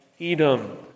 Edom